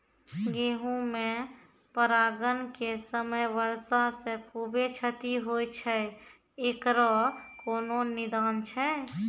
गेहूँ मे परागण के समय वर्षा से खुबे क्षति होय छैय इकरो कोनो निदान छै?